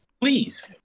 Please